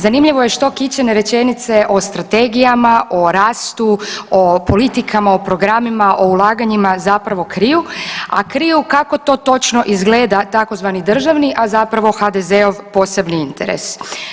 Zanimljivo je što kićene rečenice o strategijama, o rastu, o politikama, o programima, o ulaganjima zapravo kriju, a kriju kako to točno izgleda tzv. državni, a zapravo HDZ-ov posebni interes.